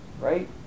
right